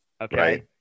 Okay